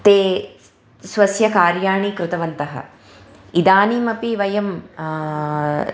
ते स्वस्य कार्याणि कृतवन्तः इदानीमपि वयं